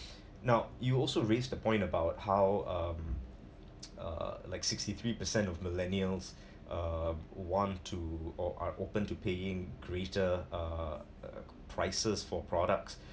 now you also raised the point about how um uh like sixty three percent of millennials uh want to or are open to paying greater uh uh prices for products